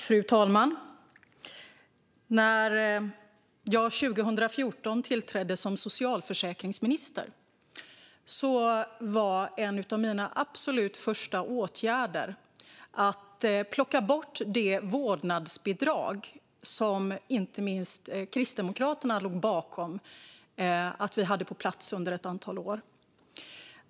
Fru talman! När jag 2014 tillträdde som socialförsäkringsminister var en av mina absolut första åtgärder att plocka bort det vårdnadsbidrag som inte minst Kristdemokraterna låg bakom att vi hade på plats under ett antal år.